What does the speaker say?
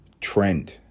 trend